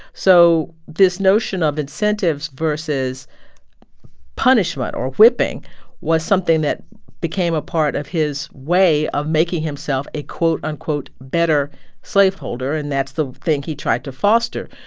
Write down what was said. so this notion of incentives versus punishment or whipping was something that became a part of his way of making himself a, quote-unquote, better slaveholder. and that's the thing he tried to foster,